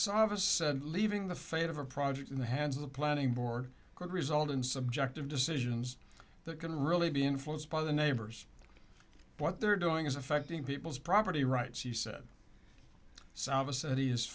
sabah said leaving the fate of a project in the hands of the planning board could result in subjective decisions that can really be influenced by the neighbors what they're doing is affecting people's property rights he said s